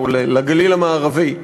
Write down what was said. או לגליל המערבי,